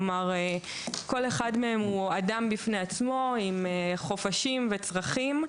כלומר כל אחד מהם הוא אדם בפני עצמו עם חופשים וצרכים,